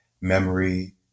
memory